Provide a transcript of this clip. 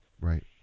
Right